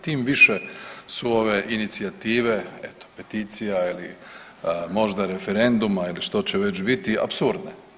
Tim više su ove inicijative, eto peticija ili možda referenduma ili što će već biti apsurdne.